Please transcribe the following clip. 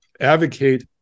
advocate